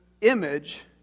image